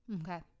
Okay